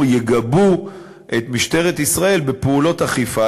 יגבו את משטרת ישראל בפעולות אכיפה,